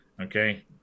okay